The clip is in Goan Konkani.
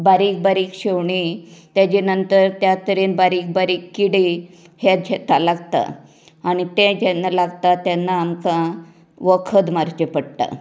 बारीक बारीक शेवणीं तेजे नंतर त्या तरेन बारीक बारीक किडीं ह्या शेताक लागता आनी तें जेन्ना लागता तेन्ना आमकां वखद मारचें पडटा